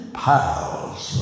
piles